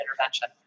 intervention